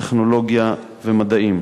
טכנולוגיה ומדעים.